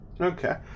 Okay